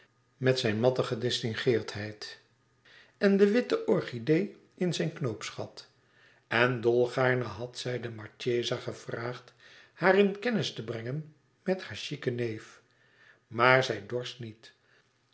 met zijn matte gedistingeerdheid en de witte orchidee in zijn knoopsgat en dolgaarne had zij de marchesa gevraagd haar in kennis te brengen met haar chiquen neef maar zij dorst niet